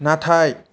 नाथाय